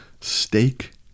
steak